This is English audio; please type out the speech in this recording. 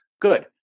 good